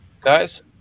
guys